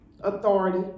authority